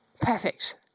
Perfect